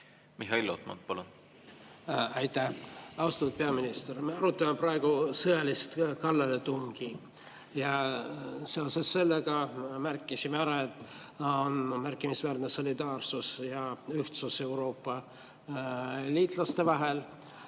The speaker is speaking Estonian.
Mihhail Lotman, palun! Aitäh! Austatud peaminister! Me arutame praegu sõjalist kallaletungi ja seoses sellega märkisime ära, et on märkimisväärne solidaarsus ja ühtsus Euroopa liitlaste vahel.